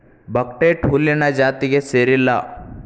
buckwheat ಹುಲ್ಲಿನ ಜಾತಿಗೆ ಸೇರಿಲ್ಲಾ